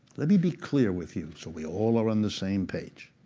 let me be clear with you, so we all are on the same page.